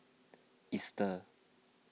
Easter